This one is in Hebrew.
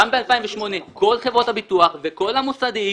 גם ב-2008 כל חברות הביטוח וכל המוסדיים,